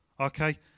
Okay